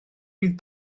fydd